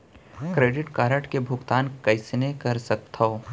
Credit card के भुगतान कइसने कर सकथो?